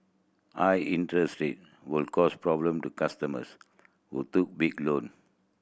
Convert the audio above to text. high interest rate will cause problem to customers who took big loan